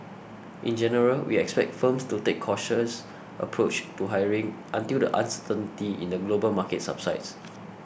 in general we expect firms to take cautious approach to hiring until the uncertainty in the global market subsides